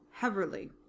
Heverly